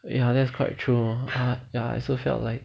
ya that's quite true ya I also felt like